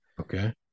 Okay